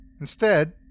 Instead